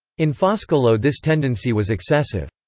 in foscolo this tendency was excessive.